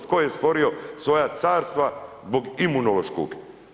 Tko je stvorio svoja carstva zbog Imunološkog?